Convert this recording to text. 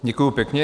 Děkuju pěkně.